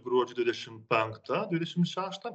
gruodžio dvidešim penktą dvidešim šeštą